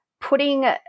putting